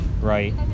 right